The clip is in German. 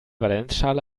valenzschale